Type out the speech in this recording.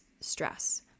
stress